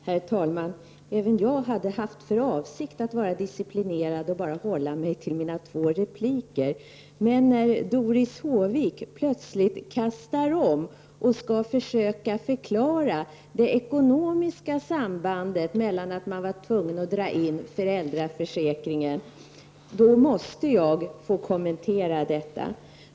Herr talman! Även jag hade för avsikt att disciplinera mig och bara hålla mig till mina två repliker, men när Doris Håvik plötsligt kastar om och försöker förklara det ekonomiska sambandet med att man var tvungen att dra in föräldraförsäkringen, måste jag få kommentera detta.